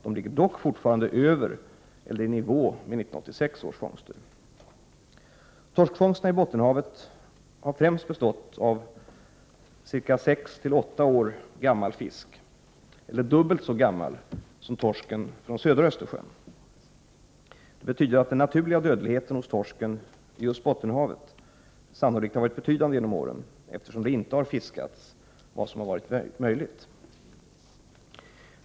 De ligger dock fortfarande över eller i nivå med 1986 års fångster. Torskfångsterna i Bottenhavet har främst bestått av sex-åtta år gammal fisk, dubbelt så gammal som torsken från södra Östersjön. Det betyder att den naturliga dödligheten hos torsken i just Bottenhavet sannolikt har varit betydande genom åren, eftersom det inte har fiskats vad som varit möjligt.